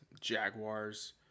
Jaguars